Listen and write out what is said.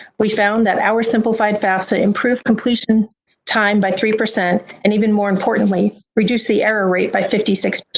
we found that our simplified fafsa improved completion time by three percent and even more importantly, reduced the error rate by fifty six.